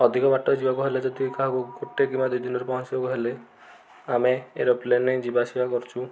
ଅଧିକ ବାଟ ଯିବାକୁ ହେଲେ ଯଦି କାହାକୁ ଗୋଟେ କିମ୍ବା ଦୁଇ ଦିନରେ ପହଞ୍ଚିବାକୁ ହେଲେ ଆମେ ଏରୋପ୍ଲେନ୍ରେ ଯିବା ଆସିବା କରୁଛୁ